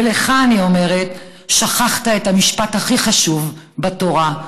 ולך אני אומרת: שכחת את המשפט הכי חשוב בתורה,